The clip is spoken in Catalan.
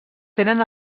tenen